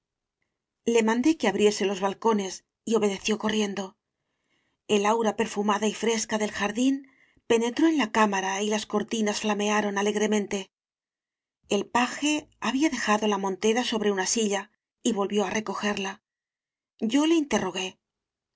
le mandé que abriese los balcones y obedeció corriendo el aura perfumada y fresca del jardín penetró en la cámara y las cortinas flamearon alegremen te el paje había dejado la montera sobre una silla y volvió á recogerla yo le interrogué